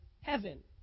heaven